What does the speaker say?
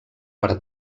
per